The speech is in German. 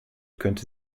könnte